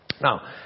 Now